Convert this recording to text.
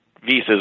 visas